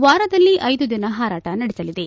ವಾರದಲ್ಲಿ ಐದು ದಿನ ಹಾರಾಟ ನಡೆಸಲಿದೆ